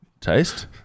taste